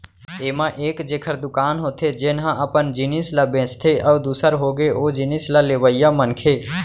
ऐमा एक जेखर दुकान होथे जेनहा अपन जिनिस ल बेंचथे अउ दूसर होगे ओ जिनिस ल लेवइया मनखे